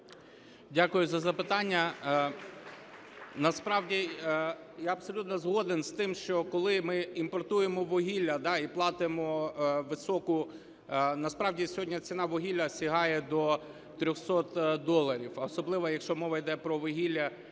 Дякую за запитання. Насправді я абсолютно згоден з тим, що коли ми імпортуємо вугілля і платимо високу… Насправді сьогодні ціна вугілля сягає до 300 доларів, а особливо, якщо мова йде про вугілля,